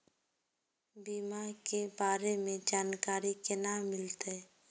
बीमा के बारे में जानकारी केना मिलते?